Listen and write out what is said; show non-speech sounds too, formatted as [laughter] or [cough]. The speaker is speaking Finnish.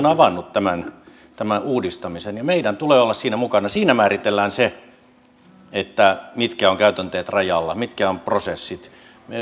[unintelligible] avannut tämän uudistamisen ja meidän tulee olla siinä mukana siinä määritellään se mitkä ovat käytänteet rajalla mitkä ovat prosessit